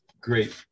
great